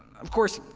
of course,